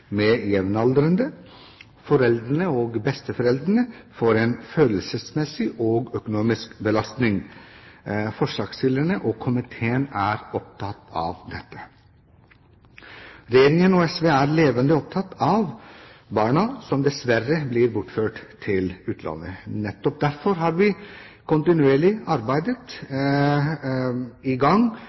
med jevnaldrende. Foreldre og besteforeldre får en følelsesmessig og økonomisk belastning. Forslagsstillerne og komiteen er opptatt av dette. Regjeringen og SV er levende opptatt av barna som dessverre blir bortført til utlandet. Nettopp derfor har vi et kontinuerlig arbeid i gang,